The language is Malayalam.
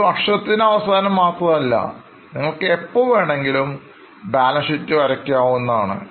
ഒരു വർഷത്തിന് അവസാനമാത്രമല്ല നിങ്ങൾക്ക് എപ്പോൾ വേണമെങ്കിലും ബാലൻസ് ഷീറ്റ് വയ്ക്കാവുന്നതാണ്